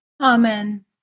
Amen